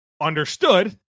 Understood